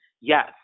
yes